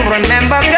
Remember